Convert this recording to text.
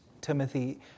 Timothy